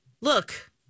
Look